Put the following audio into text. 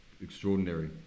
extraordinary